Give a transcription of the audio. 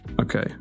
okay